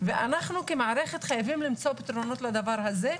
ואנחנו כמערכת צריכים למצוא פתרונות לדבר הזה.